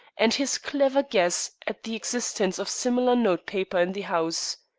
and his clever guess at the existence of similar notepaper in the house.